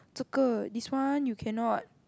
这个·: zhe ge this one you cannot